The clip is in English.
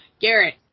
Garrett